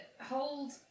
hold